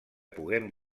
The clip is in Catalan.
puguem